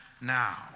now